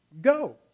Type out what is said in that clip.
go